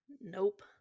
nope